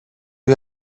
you